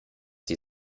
sie